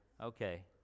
Okay